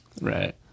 Right